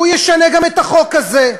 הוא ישנה גם את החוק הזה.